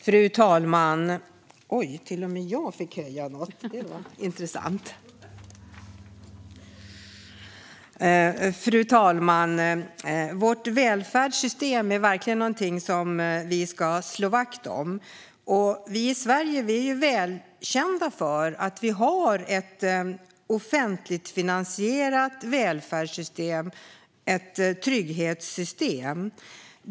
Fru talman! Vårt välfärdssystem är verkligen någonting som vi ska slå vakt om. Vi i Sverige är välkända för att ha ett offentligt finansierat välfärdssystem, ett trygghetssystem.